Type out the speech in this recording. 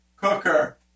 cooker